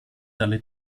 dalle